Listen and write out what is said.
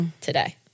today